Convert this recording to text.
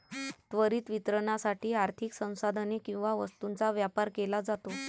त्वरित वितरणासाठी आर्थिक संसाधने किंवा वस्तूंचा व्यापार केला जातो